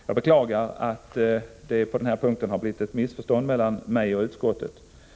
Jag beklagar att det på denna punkt har blivit ett missförstånd mellan mig och utskottet.